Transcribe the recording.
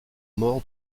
mort